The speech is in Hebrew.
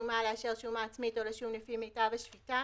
שומה לאשר שומה עצמית לפי מיטב השפיטה.